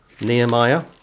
nehemiah